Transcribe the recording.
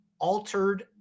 altered